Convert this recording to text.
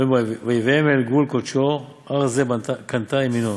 ואומר 'ויביאם אל גבול קדשו הר זה קנתה ימינו'.